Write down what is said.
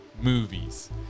movies